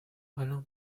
alain